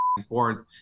sports